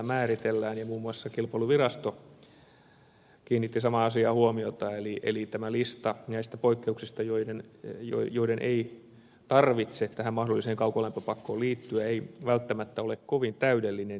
muun muassa kilpailuvirasto kiinnitti samaan asiaan huomiota eli lista näistä poikkeuksista joiden ei tarvitse tähän mahdolliseen kaukolämpöpakkoon liittyä ei välttämättä ole kovin täydellinen